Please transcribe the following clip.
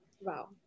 Wow